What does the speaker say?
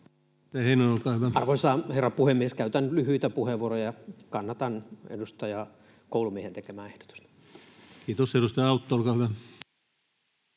Arvoisa herra puhemies! Käytän lyhyitä puheenvuoroja: kannatan edustaja Koulumiehen tekemää ehdotusta. Kiitos. — Edustaja Autto, olkaa hyvä.